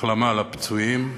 החלמה לפצועים,